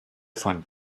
von